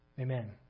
amen